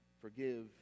forgive